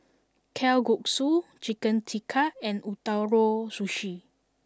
Kalguksu Chicken Tikka and Ootoro Sushi